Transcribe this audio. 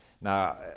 Now